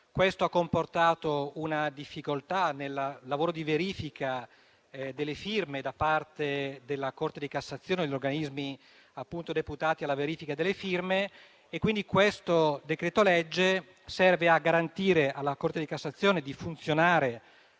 Questo ha comportato una difficoltà nel lavoro di verifica delle firme da parte della Corte di cassazione e degli organismi deputati alla verifica delle firme. Il decreto-legge in esame serve a garantire alla Corte di cassazione di funzionare